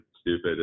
stupid